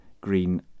green